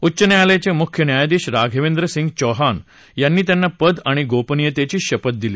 उच्च न्यायालयाचे मुख्य न्यायाधीशराघवेंद्र सिंग चौहान यांनी त्यांना पद आणि गोपनीयतेची शपथ दिली